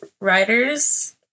writers